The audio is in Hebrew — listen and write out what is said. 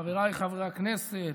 חבריי חברי הכנסת,